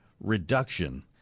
reduction